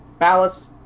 Ballas